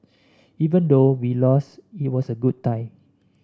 even though we lost it was a good tie